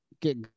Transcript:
get